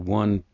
one